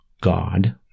God